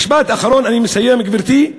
משפט אחרון, גברתי,